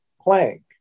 plank